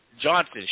Johnson